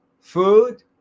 food